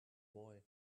boy